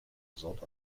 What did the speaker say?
result